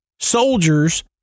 soldiers